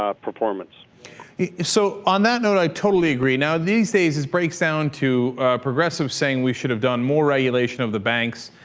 ah performance you so on that note i totally agree now these days is pretty sound to progressive saying we should have done more regulation of the banks